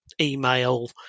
Email